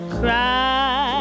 cry